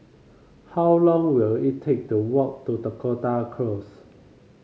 how long will it take to walk to Dakota Close